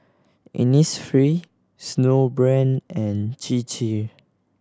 Innisfree Snowbrand and Chir Chir